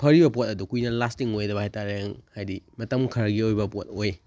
ꯐꯔꯤꯕ ꯄꯣꯠ ꯑꯗꯨ ꯀꯨꯏꯅ ꯂꯥꯁꯇꯤꯡ ꯑꯣꯏꯗꯕ ꯍꯥꯏꯇꯥꯔꯦ ꯍꯥꯏꯗꯤ ꯃꯇꯝ ꯈꯔꯒꯤ ꯑꯣꯏꯕ ꯄꯣꯠ ꯑꯣꯏ